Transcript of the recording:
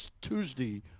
Tuesday